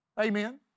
Amen